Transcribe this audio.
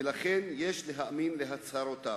ולכן יש להאמין להצהרותיו,